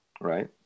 right